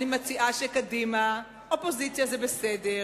אני מציעה שקדימה, אופוזיציה זה בסדר,